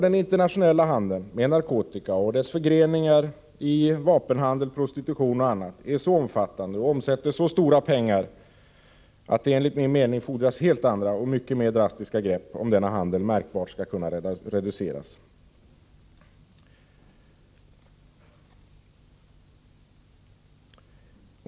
Den internationella handeln med narkotika och dess förgreningar i vapenhandel, prostitution m.m. är så omfattande och omsätter så stora penningbelopp att det enligt min mening fordras helt andra och mycket mer drastiska grepp, om denna handel märkbart skall kunna reduceras.